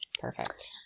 Perfect